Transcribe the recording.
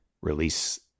release